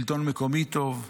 שלטון מקומי טוב,